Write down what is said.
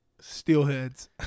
Steelheads